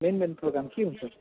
main main programme के हुन्छ